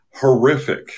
horrific